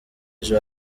ejo